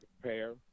prepare